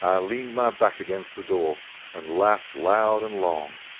um leaned my back against the door and laughed loud and long.